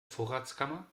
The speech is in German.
vorratskammer